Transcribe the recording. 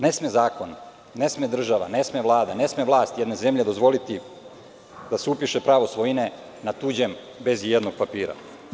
Ne sme zakon, ne sme država, ne sme vlast jedne zemlje dozvoliti da se upiše pravo svojine na tuđem bez i jednog papira.